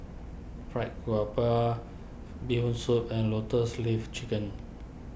Fried Garoupa Bee Hoon Soup and Lotus Leaf Chicken